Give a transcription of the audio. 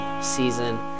season